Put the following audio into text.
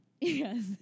Yes